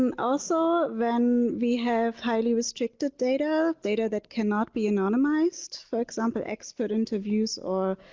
um also when we have highly restricted data data that cannot be anonymized for example expert interviews or